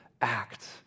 act